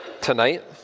tonight